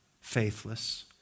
faithless